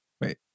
Wait